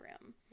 room